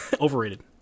overrated